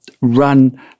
run